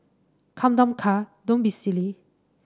come down car don't be silly